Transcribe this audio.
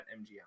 MGM